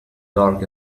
dark